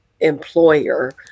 employer